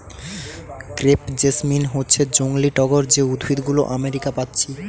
crepe jasmine হচ্ছে জংলি টগর যে উদ্ভিদ গুলো আমেরিকা পাচ্ছি